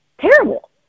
terrible